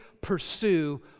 pursue